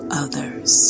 others